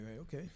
okay